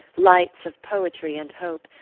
lights of poetry and hope,